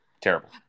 Terrible